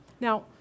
Now